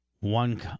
One